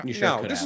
No